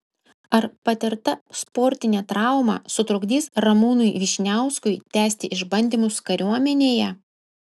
ar patirta sportinė trauma sutrukdys ramūnui vyšniauskui tęsti išbandymus kariuomenėje